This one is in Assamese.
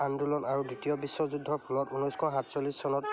আন্দোলন আৰু দ্বিতীয় বিশ্ব যুদ্ধৰ ফলত ঊনৈছশ সাতচল্লিছ চনত